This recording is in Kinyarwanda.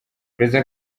perezida